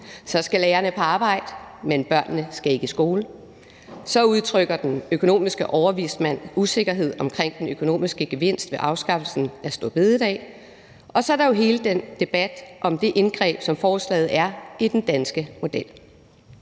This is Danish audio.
Så skal lærerne på arbejde, men børnene skal ikke i skole; så udtrykker den økonomiske overvismand usikkerhed omkring den økonomiske gevinst ved afskaffelsen af store bededag; og så er der jo hele den debat om det indgreb, som forslaget er, i den danske model.